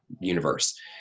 universe